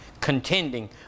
contending